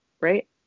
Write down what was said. right